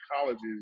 colleges